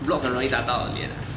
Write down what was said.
block 很容易打到我脸